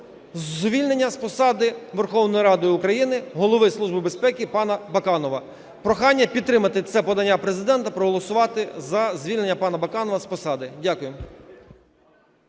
звільнення з посади Верховною Радою України Голови Служби безпеки пана Баканова. Прохання підтримати це подання Президента, проголосувати за звільнення пана Баканова з посади. Дякую.